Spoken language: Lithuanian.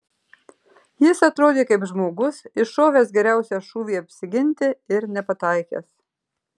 jis atrodė kaip žmogus iššovęs geriausią šūvį apsiginti ir nepataikęs